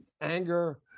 anger